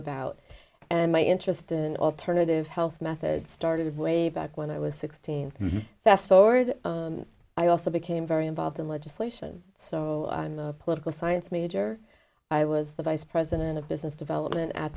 about and my interest in alternative health methods started way back when i was sixteen and the fast forward i also became very involved in legislation so i'm a political science major i was the vice president of business development at